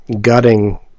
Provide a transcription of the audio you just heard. gutting